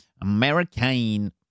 American